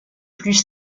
plus